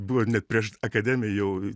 buvo net prieš akademiją jau